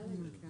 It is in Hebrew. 'בטרם'.